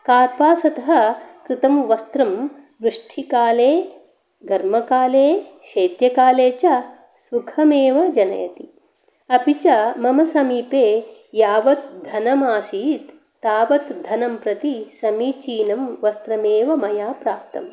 कार्पासतः कृतं वस्त्रं वृष्टिकाले गर्मकाले शैत्यकाले च सुखमेव जनयति अपि च मम समीपे यावत् धनमासीत् तावत् धनं प्रति समीचीनं वस्त्रमेव मया प्राप्तम्